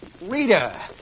Rita